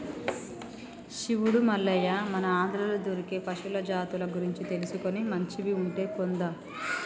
శివుడు మల్లయ్య మన ఆంధ్రాలో దొరికే పశువుల జాతుల గురించి తెలుసుకొని మంచివి ఉంటే కొందాం